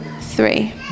three